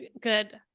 Good